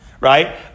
right